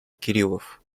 кириллов